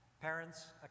Parents